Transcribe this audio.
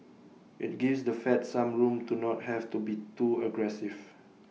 IT gives the fed some room to not have to be too aggressive